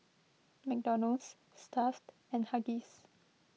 McDonald's Stuff'd and Huggies